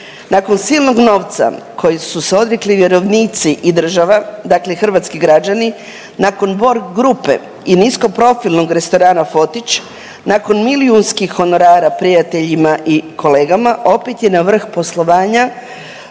Nakon silnog novca koji su se odrekli vjerovnici i država, dakle hrvatski građani, nakon Borg grupe i niskoprofilnog restorana Fotić, nakon milijunskih honorara prijateljima i kolegama opet je na vrh poslovanja